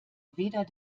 weder